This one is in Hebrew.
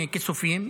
מכיסופים,